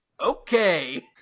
okay